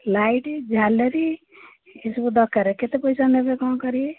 light ଝାଲେରି ସେସବୁ ଦରକାରେ କେତେ ପଇସା ନେବେ କ'ଣ କରିବେ